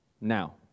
now